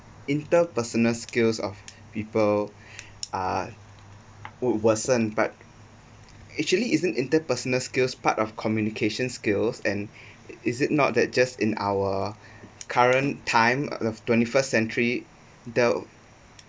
interpersonal skills of people are would worsen but actually isn't interpersonal skills part of communication skills and is it not that just in our current time of twenty first century dell